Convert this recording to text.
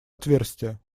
отверстие